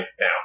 now